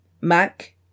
Mac